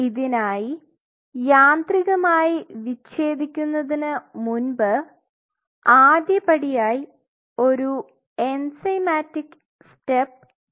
ഇതിനായി യാന്ത്രികമായി വിച്ഛേദിക്കുന്നത്തിന് മുൻപ് ആദ്യപടിയായി ഒരു എൻസൈമാറ്റിക് സ്റ്റെപ്പ് ചെയ്യണം